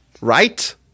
Right